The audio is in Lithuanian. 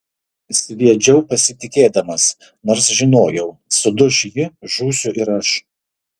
sviedžiau pasitikėdamas nors žinojau suduš ji žūsiu ir aš